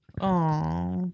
Aw